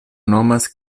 nomas